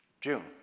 June